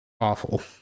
awful